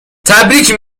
تبریگ